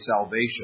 salvation